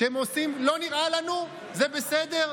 לא נראה לנו, זה בסדר?